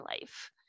life